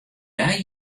dei